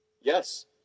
Yes